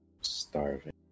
starving